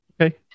Okay